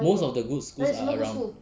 most of the good schools are around